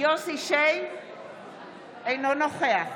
אינו נוכח